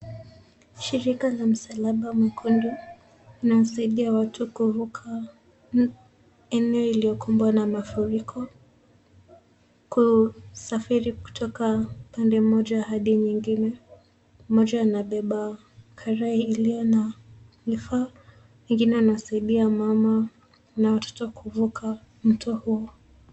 Shirika la msalaba mwekundu linasaidia watu kuvuka eneo iliyokumbwa na mafuriko kusafiri kutoka pande moja hadi nyingine. Mmoja anabeba karai iliyo na vifaa, mwingine anasaidia mama na watoto kuvuka mto huo.